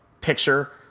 picture